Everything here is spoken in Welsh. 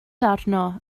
arno